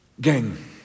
Gang